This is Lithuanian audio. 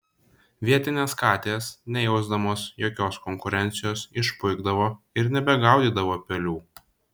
vietinės katės nejausdamos jokios konkurencijos išpuikdavo ir nebegaudydavo pelių